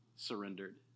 surrendered